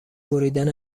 بریدن